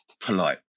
polite